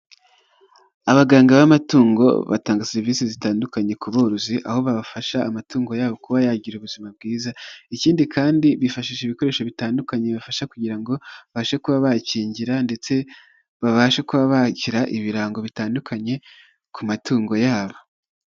Abaganga b'amatungo batanga serivise zitandukanye ku borozi, aho babafasha amatungo yabo kuba yagira ubuzima bwiza, ikindi kandi bifashisha ibikoresho bitandukanye bifasha kugira ngo babashe kuba bakingira ndetse babashe kuba bagira ibirango bitandukanye, ku matungo yabo.